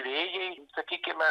vėjai sakykime